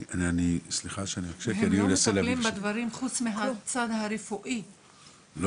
אני רוצה לשאול, יש